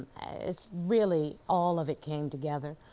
it's really, all of it came together.